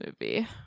movie